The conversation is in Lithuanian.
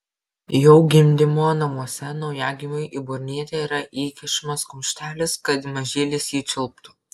jau gimdymo namuose naujagimiui į burnytę yra įkišamas kumštelis kad mažylis jį čiulptų